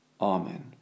Amen